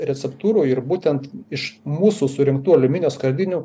receptūrų ir būtent iš mūsų surinktų aliuminio skardinių